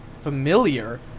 familiar